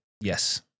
Yes